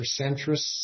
centrists